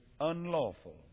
unlawful